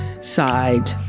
side